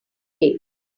days